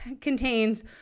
contains